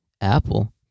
Apple